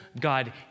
God